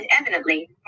evidently